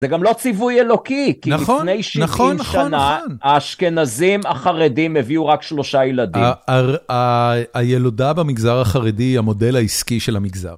זה גם לא ציווי אלוקי, כי לפני 60 שנה, האשכנזים החרדים הביאו רק שלושה ילדים. הילודה במגזר החרדי היא המודל העסקי של המגזר.